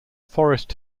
forest